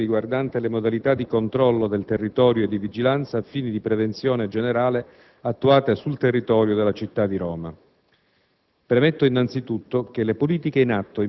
rispondo all'interrogazione del senatore Gramazio riguardante le modalità di controllo del territorio e di vigilanza a fini di prevenzione generale attuate sul territorio della città di Roma.